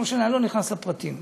לא משנה, אני לא נכנס לפרטים.